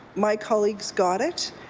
my colleagues got it,